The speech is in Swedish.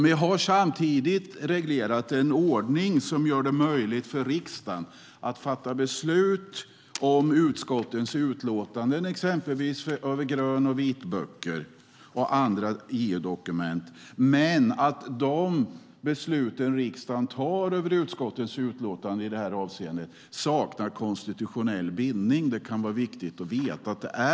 Vi har samtidigt en ordning som gör det möjligt för riksdagen att fatta beslut om utskottens utlåtanden exempelvis över grön och vitböcker och andra EU-dokument, men de beslut som riksdagen fattar över utskottets utlåtanden saknar konstitutionell bindning. Det kan vara viktigt att veta.